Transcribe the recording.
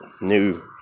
new